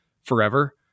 forever